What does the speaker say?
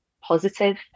positive